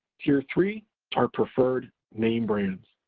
tier three are preferred name brands.